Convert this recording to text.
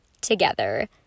together